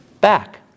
back